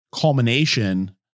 culmination